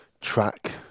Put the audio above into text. track